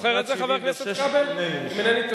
אפילו אני הייתי.